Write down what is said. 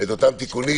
אותם תיקונים